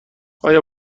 آیا